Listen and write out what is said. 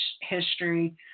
history